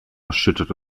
erschüttert